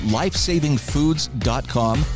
lifesavingfoods.com